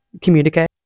communicate